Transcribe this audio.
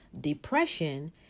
Depression